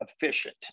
efficient